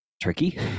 Tricky